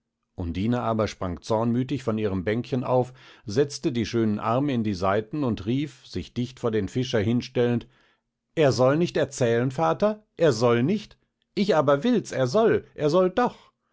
undine aber sprang zornmütig von ihrem bänkchen auf setzte die schönen arme in die seiten und rief sich dicht vor den fischer hinstellend er soll nicht erzählen vater er soll nicht ich aber will's er soll er soll doch